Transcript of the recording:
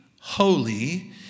holy